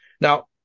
Now